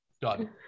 Done